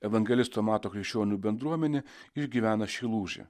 evangelisto mato krikščionių bendruomenė išgyvena šį lūžį